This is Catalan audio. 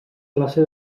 classe